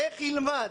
איך הוא ילמד?